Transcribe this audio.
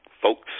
folks